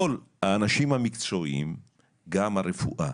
כל האנשים המקצועיים גם הרפואה